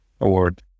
award